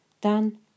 done